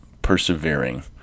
persevering